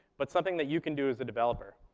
but something that you can do as a developer.